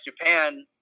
Japan